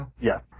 Yes